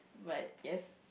but yes